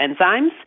enzymes